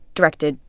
directed,